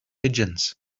pigeons